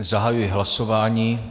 Zahajuji hlasování.